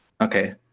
Okay